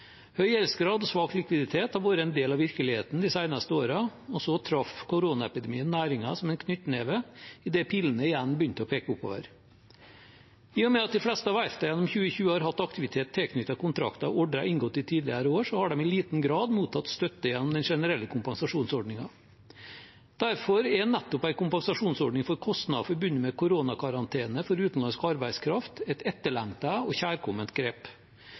Høy gjeldsgrad og svak likviditet har vært en del av virkeligheten de seneste årene, og så traff koronaepidemien næringen som en knyttneve idet pilene igjen begynte å peke oppover. I og med at de fleste av verftene gjennom 2020 har hatt aktivitet tilknyttet kontrakter og ordrer inngått i tidligere år, har de i liten grad mottatt støtte gjennom den generelle kompensasjonsordningen. Derfor er nettopp en kompensasjonsordning for kostnader forbundet med koronakarantene for utenlandsk arbeidskraft et etterlengtet og kjærkomment grep.